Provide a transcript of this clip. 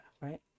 right